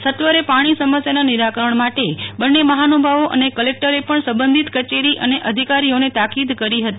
સત્વરે પાણી સમસ્યાના નિરાકરણ માટે બંને મફાનુભાવો અને કલેકટરે પણ સબંધિત કચેરી અને અધિકારીઓને તાકિદ કરી હતી